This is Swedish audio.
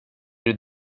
det